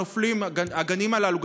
הגנים הללו,